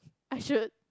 I should